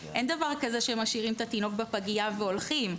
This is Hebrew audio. אין דבר כזה שמשאירים את התינוק בפגייה והולכים.